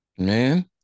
Man